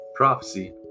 Prophecy